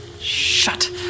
Shut